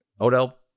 Odell